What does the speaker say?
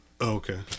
Okay